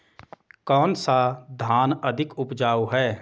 कौन सा धान अधिक उपजाऊ है?